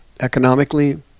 economically